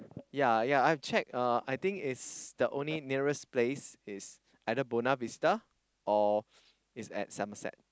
ya ya I've checked uh I think it's the only nearest place is either Buona-Vista or is at Somerset